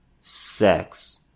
sex